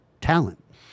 talent